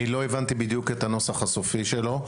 לא הבנתי בדיוק את הנוסח הסופי שלו,